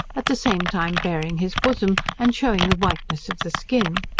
at the same time baring his bosom and, shewing the whiteness of the skin.